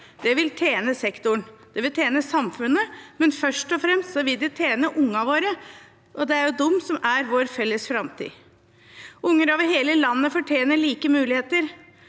Det vil tjene sektoren, det vil tjene samfunnet, men først og fremst vil det tjene ungene våre, og det er jo de som er vår felles framtid. Unger over hele landet fortjener like muligheter.